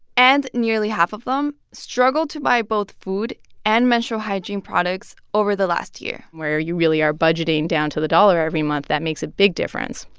and nearly half of them struggled to buy both food and menstrual hygiene products over the last year where you really are budgeting down to the dollar every month, that makes a big difference.